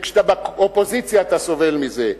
וכשאתה באופוזיציה אתה סובל מזה.